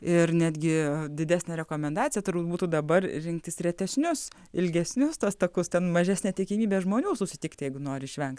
ir netgi didesnė rekomendacija turbūt būtų dabar rinktis retesnius ilgesnius tuos takus ten mažesnė tikimybė žmonių susitikt jeigu nori išvengt